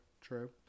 true